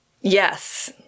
Yes